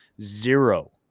zero